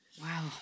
Wow